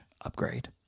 upgrade